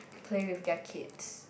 play with their kids